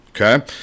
okay